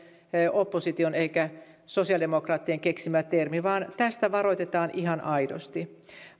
opposition eikä sosiaalidemokraattien keksimä termi vaan tästä varoitetaan ihan aidosti